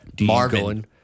Marvin